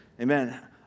Amen